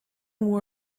wore